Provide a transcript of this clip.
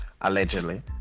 allegedly